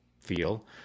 feel